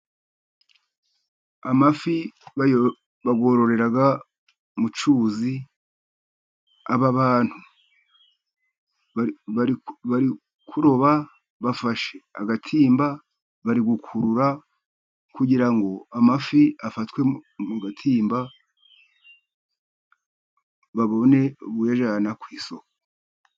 Amafi bayororera mu cyuzi. Aba bantu bari kuroba bafashe agatimba, bari gukurura kugira ngo amafi afatwe mu gatimba babone ubuyajyana ku isoko.